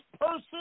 person